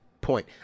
point